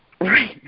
Right